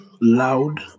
loud